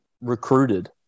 recruited